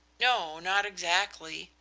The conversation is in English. no, not exactly.